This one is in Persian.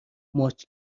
ماچ